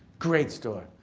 great store.